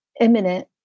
imminent